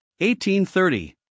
1830